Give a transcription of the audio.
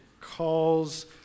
calls